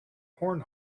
horn